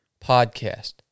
podcast